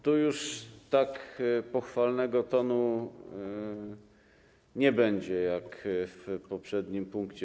Tu już tak pochwalnego tonu nie będzie jak w poprzednim punkcie.